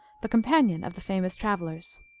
the companion of the famous travelers.